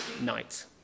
Night